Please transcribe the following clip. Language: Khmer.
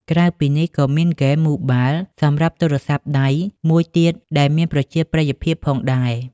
ក្រៅពីនេះ ក៏មានហ្គេមម៉ូបាល សម្រាប់ទូរសព្ទដៃមួយទៀតដែលមានប្រជាប្រិយភាពផងដែរ។